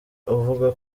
uvuga